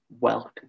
Welcome